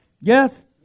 Yes